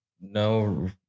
No